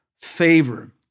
favor